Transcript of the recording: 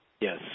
Yes